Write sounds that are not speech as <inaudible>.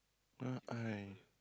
<noise>